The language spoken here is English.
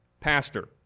pastor